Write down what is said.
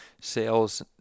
Sales